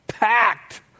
packed